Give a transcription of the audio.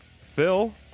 Phil